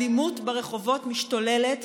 האלימות ברחובות משתוללת,